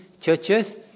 churches